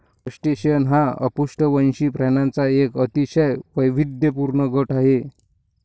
crustacean हा अपृष्ठवंशी प्राण्यांचा एक अतिशय वैविध्यपूर्ण गट आहे